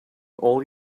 all